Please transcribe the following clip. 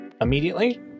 immediately